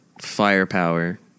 firepower